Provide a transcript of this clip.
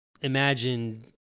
imagine